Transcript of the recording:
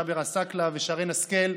לג'אבר עסאקלה ולשרן השכל,